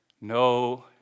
no